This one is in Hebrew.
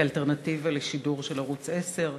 כאלטרנטיבה לשידור של ערוץ 10?